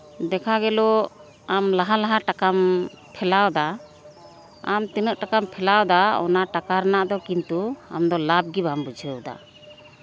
ᱫᱮᱠᱷᱟ ᱜᱮᱞᱚ ᱟᱢ ᱞᱟᱦᱟᱼᱞᱟᱦᱟ ᱴᱟᱠᱟᱢ ᱴᱷᱮᱞᱟᱣᱫᱟ ᱟᱢ ᱛᱤᱱᱟᱹᱜ ᱴᱟᱠᱟᱢ ᱴᱷᱮᱞᱟᱣᱫᱟ ᱚᱱᱟ ᱴᱟᱠᱟ ᱨᱮᱱᱟᱜ ᱫᱚ ᱠᱤᱱᱛᱩ ᱟᱢᱫᱚ ᱞᱟᱵᱷᱜᱮ ᱵᱟᱢ ᱵᱩᱡᱷᱟᱹᱣᱫᱟ